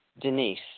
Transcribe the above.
Denise